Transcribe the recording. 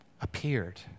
appeared